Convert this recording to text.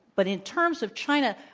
but in terms of china,